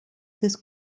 des